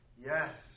Yes